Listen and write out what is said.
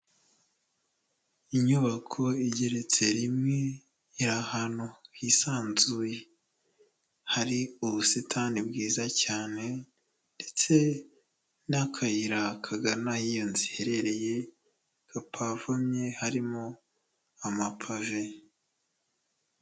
Inyubako igeretse rimwe, iri ahantu hisanzuye hari ubusitani bwiza cyane, ndetse n'akayira kagana aho iyo nzu iherereye kapavumye harimo amapave.